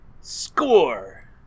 Score